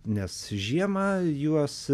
nes žiemą juos